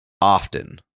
Often